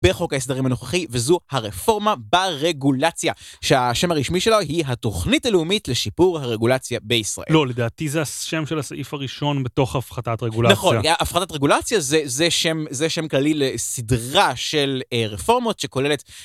בחוק ההסדרים הנוכחי, וזו הרפורמה ברגולציה, שהשם הרשמי שלה היא התוכנית הלאומית לשיפור הרגולציה בישראל. לא, לדעתי זה השם של הסעיף הראשון בתוך הפחתת רגולציה. נכון, הפחתת רגולציה זה שם כללי לסדרה של רפורמות שכוללת...